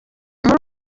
muri